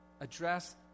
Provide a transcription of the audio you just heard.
address